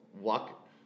walk